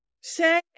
Say